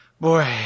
Boy